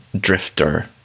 drifter